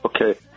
Okay